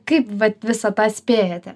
kaip vat visą tą spėjate